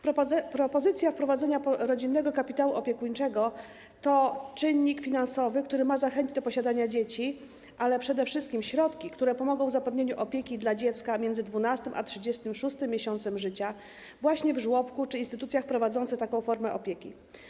Propozycja wprowadzenia rodzinnego kapitału opiekuńczego to czynnik finansowy, który ma zachęcić do posiadania dzieci, ale przede wszystkim środki, które pomogą w zapewnieniu opieki dla dziecka między 12. a 36. miesiącem życia właśnie w żłobku czy w instytucjach prowadzących taką formę opieki.